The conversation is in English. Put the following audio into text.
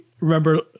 Remember